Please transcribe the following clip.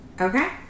Okay